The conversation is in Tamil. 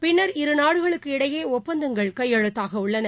பின்னர் இருநாடுகளுக்கு இடையேஒப்பந்தங்கள் கையெழுத்தாகவுள்ளன